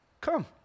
come